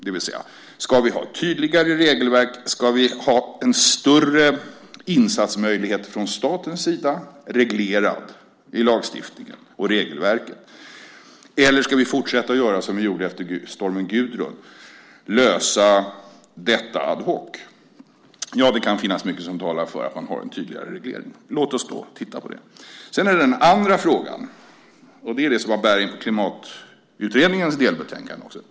Det vill säga: Ska vi ha tydligare regelverk och ska vi en större insatsmöjlighet från statens sida reglerad i lagstiftningen och i regelverket? Eller ska vi fortsätta att göra som vi gjorde efter stormen Gudrun och lösa detta ad hoc? Det kan finnas mycket som talar för att vi ska ha en tydligare reglering. Låt oss då titta på det. Den andra frågan gäller det som har bäring på Klimatutredningens delbetänkande.